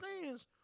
fans